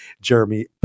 Jeremy